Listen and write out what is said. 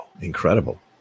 Incredible